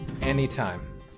Anytime